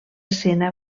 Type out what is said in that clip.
escena